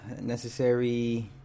Necessary